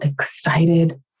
excited